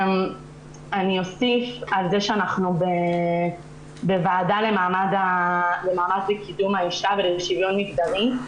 אני אוסיף על זה שאנחנו בוועדה לקידום מעמד האישה ולשיווין מגדרי,